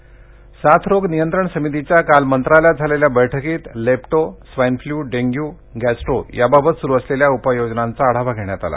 साय रोग नियंत्रण साथ रोग नियंत्रण समितीच्या काल मंत्रालयात झालेल्या बैठकीत lepto swine flu dengue gastro याबाबत सुरू असलेल्या उपाययोजनांचा आढावा घेण्यात आला